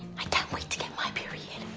i can't wait to get my period.